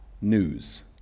News